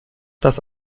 das